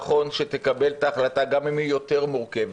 נכון שתקבל את ההחלטה גם אם היא יותר מורכבת,